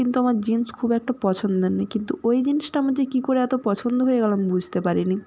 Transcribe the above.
কিন্তু আমার জিন্স খুব একটা পছন্দের নেই কিন্তু ওই জিন্সটা আমার যে কী করে এতো পছন্দ হয়ে গেল আমি বুঝতে পারি নি